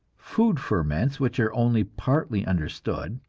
food ferments which are only partly understood,